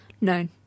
No